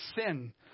sin